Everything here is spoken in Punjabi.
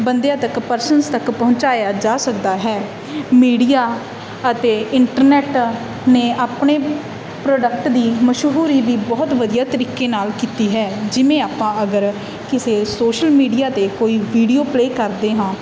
ਬੰਦਿਆਂ ਤੱਕ ਪਰਸਨਸ ਤੱਕ ਪਹੁੰਚਾਇਆ ਜਾ ਸਕਦਾ ਹੈ ਮੀਡੀਆ ਅਤੇ ਇੰਟਰਨੈਟ ਨੇ ਆਪਣੇ ਪ੍ਰੋਡਕਟ ਦੀ ਮਸ਼ਹੂਰੀ ਵੀ ਬਹੁਤ ਵਧੀਆ ਤਰੀਕੇ ਨਾਲ ਕੀਤੀ ਹੈ ਜਿਵੇਂ ਆਪਾਂ ਅਗਰ ਕਿਸੇ ਸੋਸ਼ਲ ਮੀਡੀਆ 'ਤੇ ਕੋਈ ਵੀਡੀਓ ਪਲੇ ਕਰਦੇ ਹਾਂ